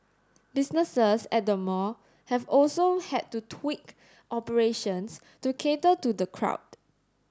businesses at the mall have also had to tweak operations to cater to the crowd